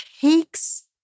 takes